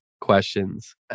questions